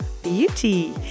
beauty